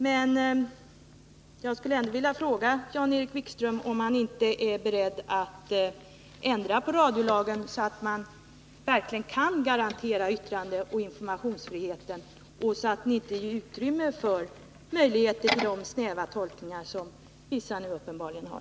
Men jag skulle ändå vilja fråga Jan-Erik Wikström om han inte är beredd att ändra radiolagen så att man verkligen kan garantera yttrandeoch informationsfriheten och så att lagen inte ger utrymme för sådana snäva tolkningar som man på vissa håll nu uppenbarligen gör.